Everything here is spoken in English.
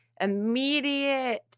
immediate